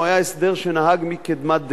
הוא הסדר שנהג מקדמת דנא.